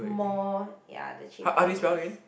more ya the cheaper is